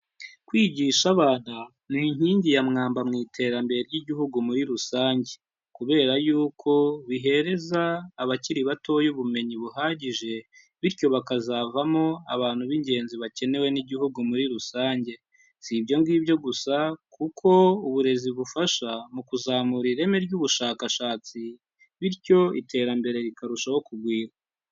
Kwigisha abana ni inkingi ya mwamba mu iterambere ry'igihugu muri rusange, kubera yuko bihereza abakiri batoya ubumenyi buhagije bityo bakazavamo abantu b'ingenzi bakenewe n'igihugu muri rusange, si ibyo ngibyo gusa kuko uburezi bufasha mu kuzamura ireme ry'ubushakashatsi, bityo iterambere rikarushaho kugwira.